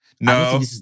No